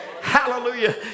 Hallelujah